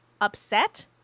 upset